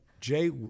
Jay